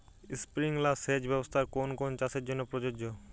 Sprinkler সেচ ব্যবস্থার কোন কোন চাষের জন্য প্রযোজ্য?